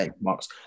marks